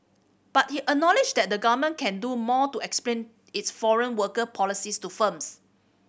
but he acknowledged that the Government can do more to explain its foreign worker policies to firms